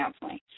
counseling